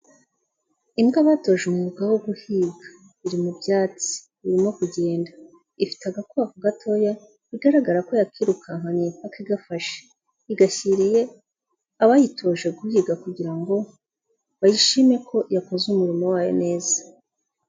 Imbwa batoje umwuga wo guhiga. Iri mu byatsi, irimo kugenda, ifite agakwavu gatoya, bigaragara ko yakirukankanye mpaka igafashe. Igashyiriye, abayitoje guhiga kugira ngo, bayishime ko yakoze umurimo wayo neza.